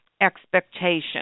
expectation